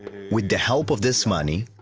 with the help of this money,